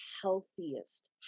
healthiest